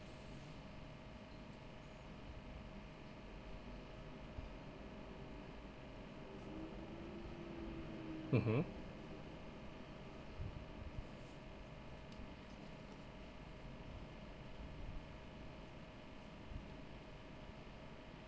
mmhmm